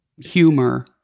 humor